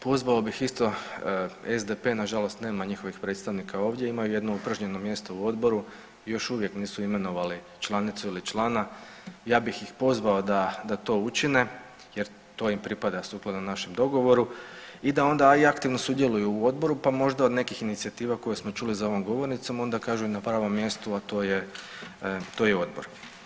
Pozvao bih isto SDP, nažalost nema njihovih predstavnika ovdje, ima jedno upražnjeno mjesto u odboru još uvijek nisu imenovali članicu ili člana, ja bih ih pozvao da to učine jer to im pripada sukladno našem dogovoru i da onda i aktivno sudjeluju u odboru pa možda od nekih inicijativa koje smo čuli za ovom govornicom ona kažu i na pravom mjestu, a to je, to je odbor.